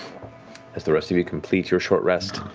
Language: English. as the rest of you complete your short rest,